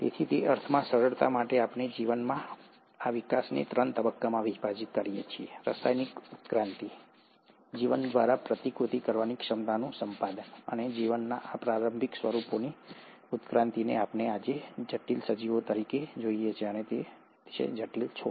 તેથી તે અર્થમાં સરળતા માટે આપણે જીવનના આ વિકાસને ત્રણ તબક્કામાં વિભાજીત કરીએ છીએ રાસાયણિક ઉત્ક્રાંતિ જીવન દ્વારા પ્રતિકૃતિ કરવાની ક્ષમતાનું સંપાદન અને જીવનના આ પ્રારંભિક સ્વરૂપોની ઉત્ક્રાંતિને આપણે આજે જટિલ સજીવો તરીકે જોઈએ છીએ અને જટિલ છોડ